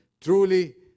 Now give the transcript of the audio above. Truly